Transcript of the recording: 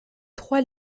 trois